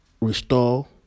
restore